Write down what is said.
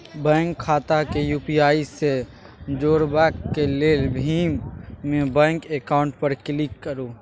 bank खाता केँ UPI सँ जोरबाक लेल भीम मे बैंक अकाउंट पर क्लिक करु